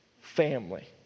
Family